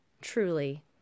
Truly